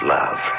love